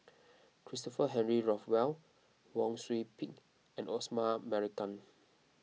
Christopher Henry Rothwell Wang Sui Pick and Osman Merican